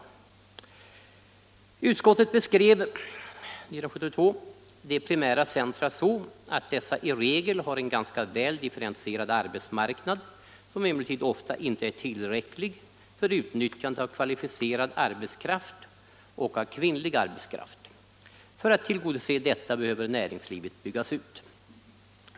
Utskottet beskrev 1972 de primära centra så, att dessa i regel har en ganska väl differentierad arbetsmarknad, som emellertid ofta inte är tillräcklig för utnyttjandet av kvalificerad arbetskraft och av kvinnlig arbetskraft. För att tillgodose detta behöver näringslivet byggas ut.